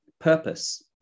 purpose